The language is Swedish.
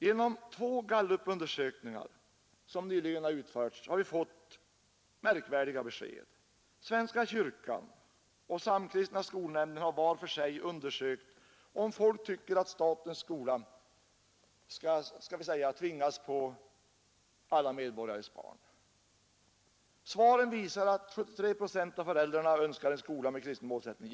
Genom två gallupundersökningar, som nyligen har utförts, har vi fått märkvärdiga besked. Svenska kyrkan och Samkristna skolnämnden har var för sig undersökt om folk tycker att statens skola skall tvingas på alla medborgares barn. Svaren visar att 73 procent av föräldrarna önskar en skola med kristen målsättning.